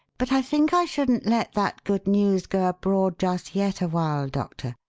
but i think i shouldn't let that good news go abroad just yet a while, doctor.